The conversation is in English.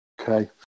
Okay